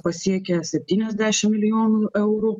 pasiekia septyniasdešim milijonų eurų